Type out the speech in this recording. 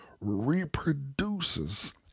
reproduces